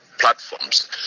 platforms